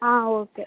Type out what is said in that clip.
ஆ okay